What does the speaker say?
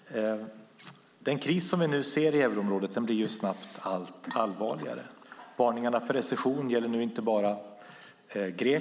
Då Ulla Andersson, som framställt interpellationen, anmält att hon var förhindrad att närvara vid sammanträdet medgav förste vice talmannen att Jonas Sjöstedt i stället fick delta i överläggningen.